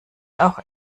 auch